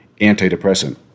antidepressant